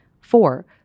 Four